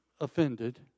offended